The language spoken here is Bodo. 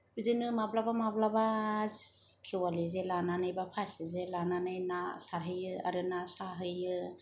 बिदिनो माब्लाबा माब्लाबा खेवालि जे लानानै बा फासि जे लानानै ना सारहैयो आरो ना साहैयो